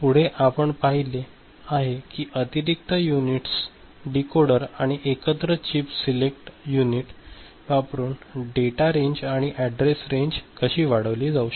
आणि पुढे आपण पहिले आहे की अतिरिक्त युनिट्स डिकोडर आणि एकत्र चिप सिलेक्ट युनिट वापरुन डेटा रेंज आणि अॅड्रेस रेंज कशी वाढविली जाऊ शकते